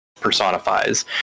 personifies